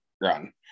run